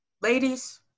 Ladies